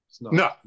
No